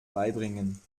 beibringen